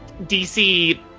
DC